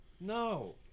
No